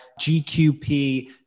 GQP